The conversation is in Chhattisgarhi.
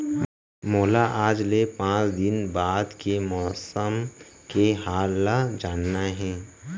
मोला आज ले पाँच दिन बाद के मौसम के हाल ल जानना हे?